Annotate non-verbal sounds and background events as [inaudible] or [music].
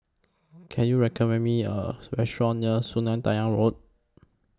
Can YOU recommend Me A [noise] Restaurant near Sungei Tengah Road